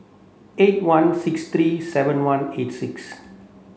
eight one six three seven one eight six